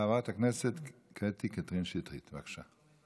חברת הכנסת קטי קטרין שטרית, בבקשה.